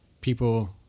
people